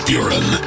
Buren